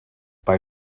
bei